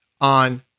on